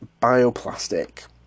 bioplastic